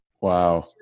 Wow